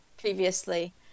previously